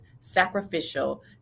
sacrificial